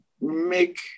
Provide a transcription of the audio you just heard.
make